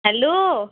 hello